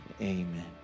Amen